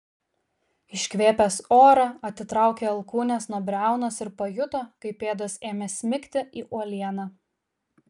iškvėpęs orą atitraukė alkūnes nuo briaunos ir pajuto kaip pėdos ėmė smigti į uolieną